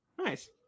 Nice